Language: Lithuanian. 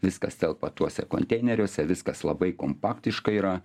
viskas telpa tuose konteineriuose viskas labai kompaktiška yra